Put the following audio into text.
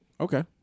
Okay